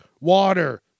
water